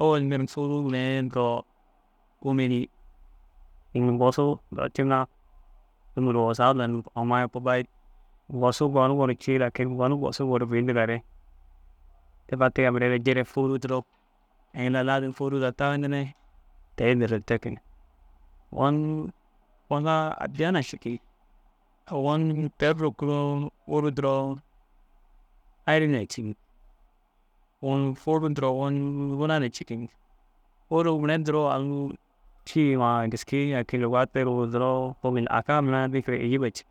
Ôwel dire fôruu mire duro komile ini bosuu duro ciŋa nima ru wusaa dann amma i kubba i « Bosuu goni gor cii, lakin gon bosuu gor bêyi » yindiga re. Te mire fatiga mire ciire fôruu duro inda laazim fôruu duro taganire te- i dirig te ke. Ogon bosaa addiya na cikii. Ogon teru ruku ru fôru duro ari na cii. Ogon fôruu duro gûlana cikii. Fôruu mire duro aŋ fî ma giski luga dîŋa teru duro aka mira nefera ajib cikii.